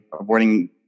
avoiding